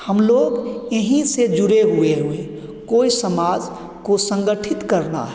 हमलोग यहीं से जुड़े हुए हैं कोई समाज को सँगठित करना है